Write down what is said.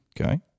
Okay